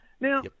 Now